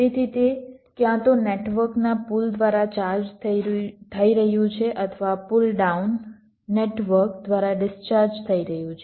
તેથી તે ક્યાં તો નેટવર્કના પુલ દ્વારા ચાર્જ થઈ રહ્યું છે અથવા પુલ ડાઉન નેટવર્ક દ્વારા ડિસ્ચાર્જ થઈ રહ્યું છે